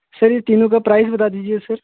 sir यह तीनों का प्राइज बता दीजिए सर